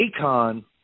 Akon